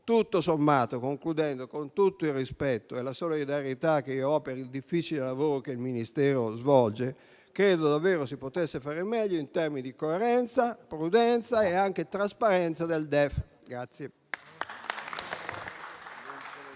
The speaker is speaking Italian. Tutto sommato, con tutto il rispetto e la solidarietà che ho per il difficile lavoro che il Ministero svolge, credo veramente che si potesse fare meglio in termini di coerenza, prudenza e anche trasparenza del DEF.